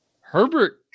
Herbert